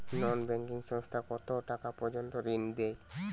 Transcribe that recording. নন banking সংস্থা কতটাকা পর্যন্ত ঋণ দেয়?